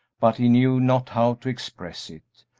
but he knew not how to express it,